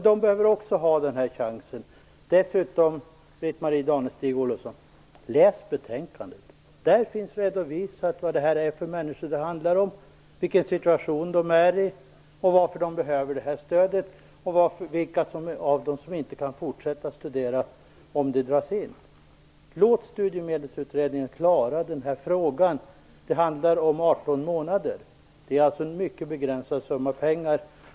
De behöver också ha den här chansen. Dessutom, Britt-Marie Danestig-Olofsson, läs betänkandet: Där redovisas vad det är för människor det här handlar om, vilken situation de är i, varför de behöver det här stödet och vilka av dem som inte kan fortsätta att studera om det dras in. Låt Studiemedelsutredningen klara den här frågan! Det handlar om 18 månader och en mycket begränsad summa pengar.